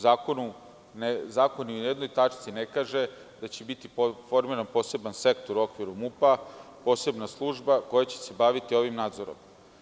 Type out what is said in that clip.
Zakon ni u jednoj tačci ne kaže da će biti formiran poseban sektor u okviru MUP-a, posebna služba koja će se baviti ovim nadzorom.